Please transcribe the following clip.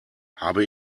habe